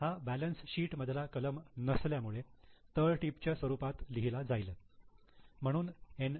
हा balance sheet मधला कलम नसल्यामुळे तळटीप च्या स्वरूपात लिहिला जाईल म्हणून एन